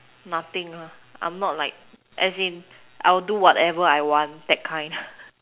nothing ah I am not like as in I will do whatever I want that kind